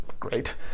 Great